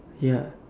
ya